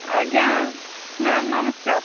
ଆଜ୍ଞା ମ୍ୟାମ୍ ନମସ୍କାର